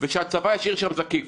ושהצבא ישאיר שם זקיף,